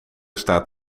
staat